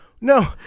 no